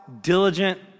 diligent